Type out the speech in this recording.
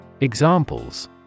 Examples